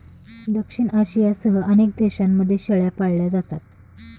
दक्षिण आशियासह अनेक देशांमध्ये शेळ्या पाळल्या जातात